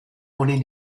honen